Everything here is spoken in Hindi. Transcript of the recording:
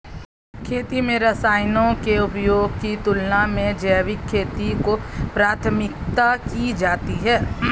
खेती में रसायनों के उपयोग की तुलना में जैविक खेती को प्राथमिकता दी जाती है